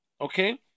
Okay